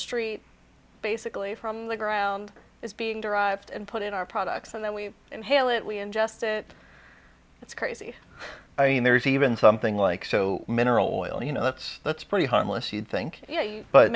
street basically from the ground is being derived and put in our products and then we inhale it we ingest it it's crazy i mean there's even something like so mineral oil you know that's that's pretty harmless you'd think